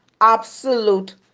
absolute